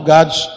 God's